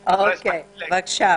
בבוקר, ולא הספקתי להגיע.